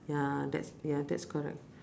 ya that's ya that's correct